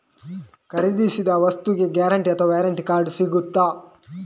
ಖರೀದಿಸಿದ ವಸ್ತುಗೆ ಗ್ಯಾರಂಟಿ ಅಥವಾ ವ್ಯಾರಂಟಿ ಕಾರ್ಡ್ ಸಿಕ್ತಾದ?